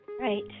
Right